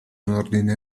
ordine